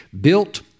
built